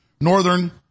northern